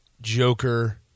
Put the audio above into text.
Joker